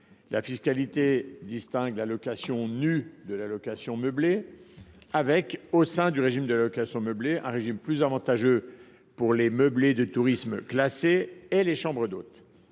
La fiscalité distingue la location nue de la location meublée et, au sein du régime de la location meublée, prévoit un régime plus avantageux pour les meublés de tourisme classés et les chambres d’hôtes.